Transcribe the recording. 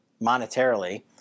monetarily